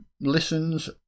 listens